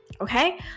Okay